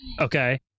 okay